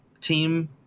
team